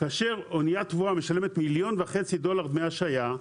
כאשר אניית תבואה משלמת 1.5 מיליון דולר דמי השהייה,